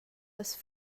las